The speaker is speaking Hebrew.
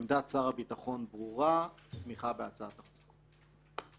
עמדת שר הביטחון ברורה, תמיכה בהצעת החוק.